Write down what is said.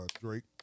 Drake